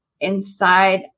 Inside